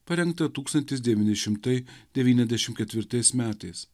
parengtą tūkstantis devyni šimtai devyniasdešimt ketvirtais metais